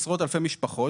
עשרות אלפי משפחות,